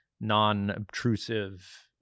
non-obtrusive